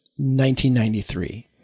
1993